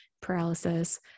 paralysis